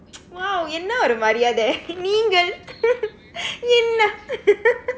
!wow! என்னா ஒரு மரியாதை:ennaa oru mariyaathai நீங்கள்:niingkal என்ன:enna